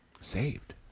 saved